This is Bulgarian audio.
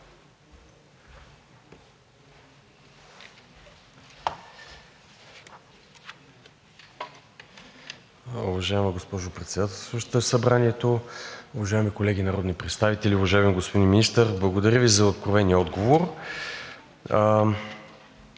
Уважаема госпожо Председателстваща Събранието, уважаеми колеги народни представители! Уважаеми господин Министър, благодаря Ви за откровения отговор.